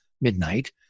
midnight